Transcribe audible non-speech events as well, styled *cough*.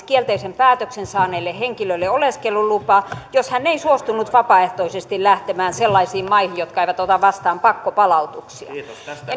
*unintelligible* kielteisen päätöksen saaneelle henkilölle oleskelulupa jos hän ei suostunut vapaaehtoisesti lähtemään sellaisiin maihin jotka eivät ota vastaan pakkopalautuksia